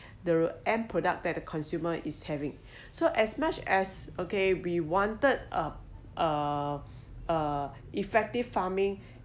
the end product that a consumer is having so as much as okay we wanted a uh uh effective farming